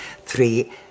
three